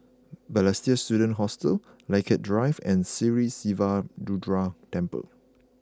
Balestier Student Hostel Lilac Drive and Sri Siva Durga Temple